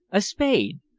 a spade!